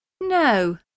No